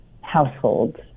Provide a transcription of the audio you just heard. households